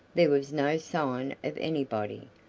there was no sign of anybody,